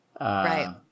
Right